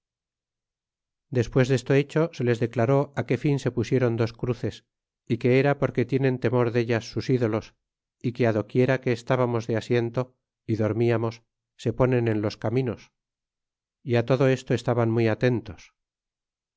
despues desto hecho se les declaró qué fin se pusieron dos cruces é que era porque tienen temor dellas sus ídolos y que do quiera que estábamos de asiento é dormimos se ponen en los caminos é todo esto estaban muy atentos